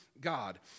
God